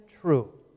true